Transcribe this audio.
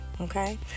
Okay